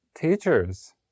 teachers